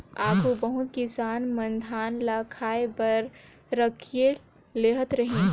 आघु बहुत किसान मन धान ल खाए बर राखिए लेहत रहिन